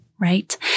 right